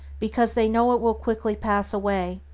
because they know it will quickly pass away,